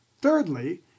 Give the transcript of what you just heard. Thirdly